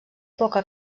poca